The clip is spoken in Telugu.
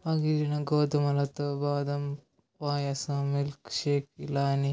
పగిలిన గోధుమలతో బాదం పాయసం, మిల్క్ షేక్ ఇలా అన్ని